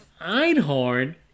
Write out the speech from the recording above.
Einhorn